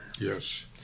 Yes